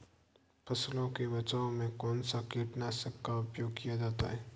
फसलों के बचाव में कौनसा कीटनाशक का उपयोग किया जाता है?